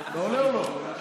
עולה או לא?